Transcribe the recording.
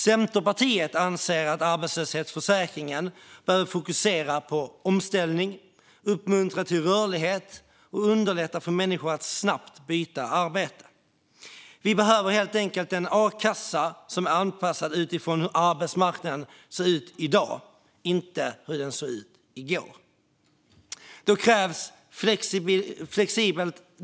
Centerpartiet anser att arbetslöshetsförsäkringen behöver fokusera på omställning, uppmuntra till rörlighet och underlätta för människor att snabbt byta arbete. Vi behöver helt enkelt en a-kassa som är anpassad utifrån hur arbetsmarknaden ser ut i dag, inte hur den såg ut i går.